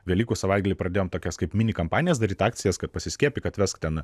velykų savaitgalį pradėjom tokias kaip mini kampanijas daryt akcijas kad pasiskiepyk atvesk ten